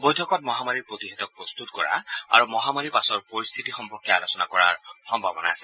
বৈঠকত মহামাৰীৰ প্ৰতিষেধক প্ৰস্তুত কৰা আৰু মহামাৰীৰ পাছৰ পৰিস্থিতি সম্পৰ্কে আলোচনা কৰাৰ সম্ভাৱনা আছে